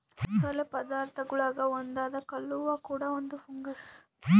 ಮಸಾಲೆ ಪದಾರ್ಥಗುಳಾಗ ಒಂದಾದ ಕಲ್ಲುವ್ವ ಕೂಡ ಒಂದು ಫಂಗಸ್